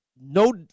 no